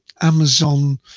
amazon